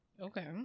Okay